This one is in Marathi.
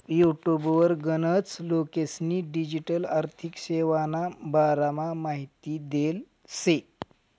युटुबवर गनच लोकेस्नी डिजीटल आर्थिक सेवाना बारामा माहिती देल शे